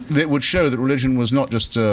it would show that religion was not just